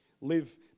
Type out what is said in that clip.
live